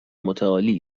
متعالی